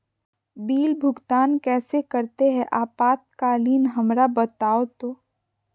Bill भुगतान कैसे करते हैं आपातकालीन हमरा बताओ तो?